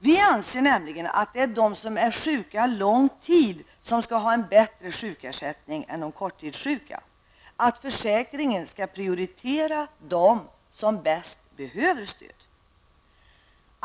Vi anser nämligen att de som är sjuka lång tid skall ha en bättre sjukersättning än de korttidssjuka, att försäkringen skall prioritera dem som bäst behöver stöd.